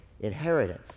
inheritance